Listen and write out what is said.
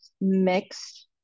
mixed